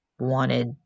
wanted